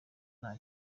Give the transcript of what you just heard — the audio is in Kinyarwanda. nta